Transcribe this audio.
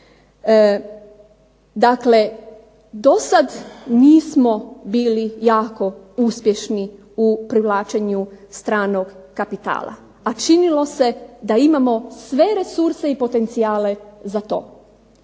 Dakle, dosad nismo bili jako uspješni u privlačenju stranog kapitala, a činilo se da imamo sve resurse i potencijale za to.